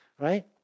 right